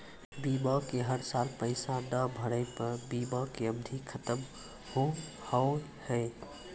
बीमा के हर साल पैसा ना भरे पर बीमा के अवधि खत्म हो हाव हाय?